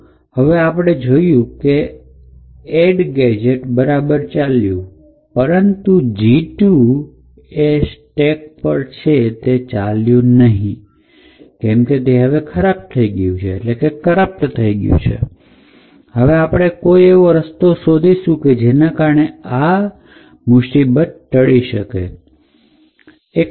તો હવે આપણે જોઇશું કે એડ ગેજેટ બરાબર ચાલ્યું પણ G ૨ તે જ સ્ટેક પર છે તે ચાલ્યું નહી કેમ કે તે હવે ખરાબ થઈ ગયું છે તો હવે આપણે કોઈ એવો રસ્તો જોઈશું કે જે આ પ્રોબ્લેમ ને ટાળે